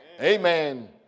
Amen